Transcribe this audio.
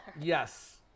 Yes